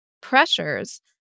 pressures